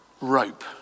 rope